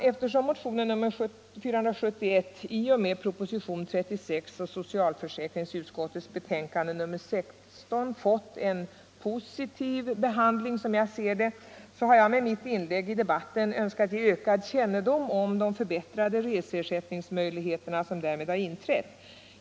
Eftersom motionen 471 i och med propositionen 36 och socialförsäkringsutskottets betänkande nr 16 fått en, som jag ser det, positiv behandling, har jag med mitt inlägg i debatten önskat ge ökad kännedom om de förbättrade reseersättningsmöjligheter som därmed inträtt.